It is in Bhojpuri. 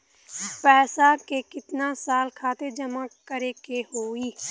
पैसा के कितना साल खातिर जमा करे के होइ?